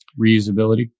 reusability